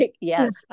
yes